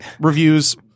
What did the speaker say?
reviews